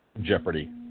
Jeopardy